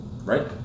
Right